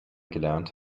gelernt